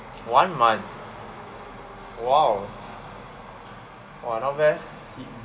one month !wow! !wah! not bad leh